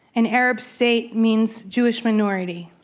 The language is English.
an arab state means jewish minority.